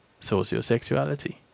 sociosexuality